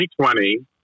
2020